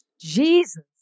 Jesus